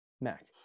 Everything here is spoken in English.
Mac